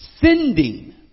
Sending